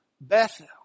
Bethel